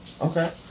okay